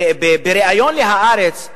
בריאיון ל"הארץ"